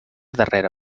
darrera